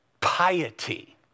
piety